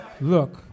Look